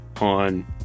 on